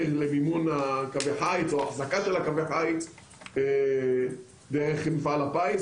למימון קווי חיץ או לאחזקה של קווי החיץ באמצעות מפעל הפיס.